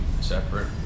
separate